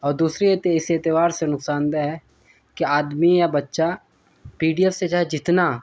اور دوسرے یہ اس اعتبار سے نقصان دہ ہے کہ آدمی یا بچہ پی ڈی ایف سے چاہے جتنا